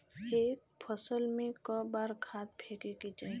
एक फसल में क बार खाद फेके के चाही?